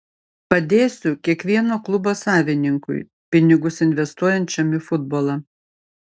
padėsiu kiekvieno klubo savininkui pinigus investuojančiam į futbolą